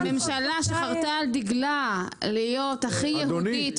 הממשלה שחרטה על דגלה להיות הכי ימנית.